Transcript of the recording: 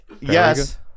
Yes